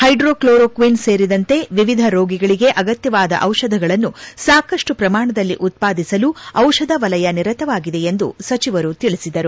hydroxychloroquine ಸೇರಿದಂತೆ ವಿವಿಧ ರೋಗಗಳಿಗೆ ಅಗತ್ಯವಾದ ಚಿಷಧಗಳನ್ನು ಸಾಕಷ್ಟು ಪ್ರಮಾಣದಲ್ಲಿ ಉತ್ವಾದಿಸಲು ಚಿಷಧ ವಲಯ ನಿರತವಾಗಿದೆ ಎಂದು ಸಚಿವರು ತಿಳಿಸಿದರು